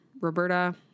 Roberta